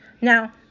now